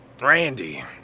Randy